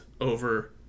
over